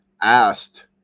asked